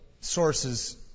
sources